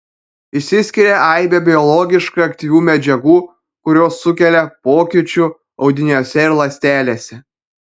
išsiskiria aibė biologiškai aktyvių medžiagų kurios sukelia pokyčių audiniuose ir ląstelėse